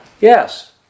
Yes